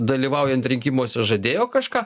dalyvaujant rinkimuose žadėjo kažką